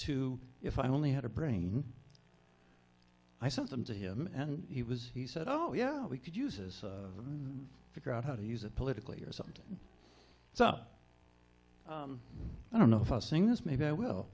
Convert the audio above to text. to if i only had a brain i sent them to him and he was he said oh yeah we could uses figure out how to use it politically or something so i don't know if i'll sing this maybe i will